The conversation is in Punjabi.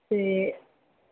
ਅਤੇ